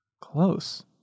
Close